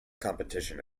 competition